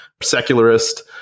secularist